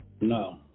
No